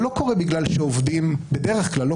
בדרך כלל,